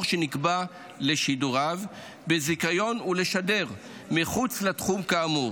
שנקבע לשידוריו בזיכיון ולשדר מחוץ לתחום כאמור,